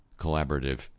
collaborative